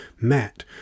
met